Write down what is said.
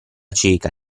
cieca